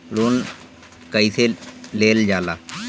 Loan कईसे लेल जाला?